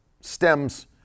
stems